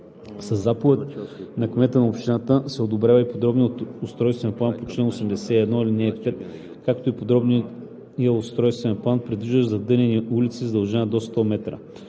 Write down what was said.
Със заповед на кмета на общината се одобрява и подробният устройствен план по чл. 81, ал. 5, както и подробният устройствен план, предвиждащ задънени улици с дължина до 100 м.